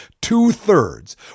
two-thirds